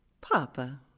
Papa